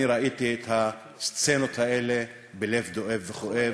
אני ראיתי את הסצנות האלה בלב דואב וכואב,